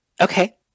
Okay